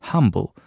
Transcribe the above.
Humble